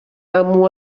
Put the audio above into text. amo